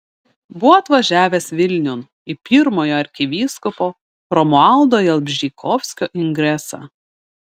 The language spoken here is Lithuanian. buvo atvažiavęs vilniun į pirmojo arkivyskupo romualdo jalbžykovskio ingresą